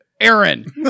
Aaron